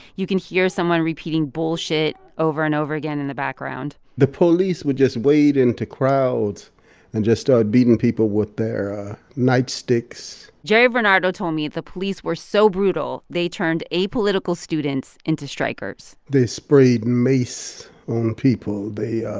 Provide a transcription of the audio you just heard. you can hear someone repeating, bullshit, over and over again in the background the police would just wade into crowds and just start beating people with their nightsticks jerry varnado told me the police were so brutal they turned apolitical students into strikers they sprayed mace on people. they yeah